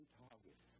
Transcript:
target